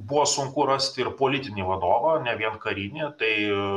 buvo sunku rasti ir politinį vadovą ne vien karinį tai